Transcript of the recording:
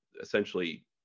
essentially